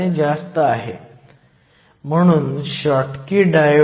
96 x 10 3 A किंवा 0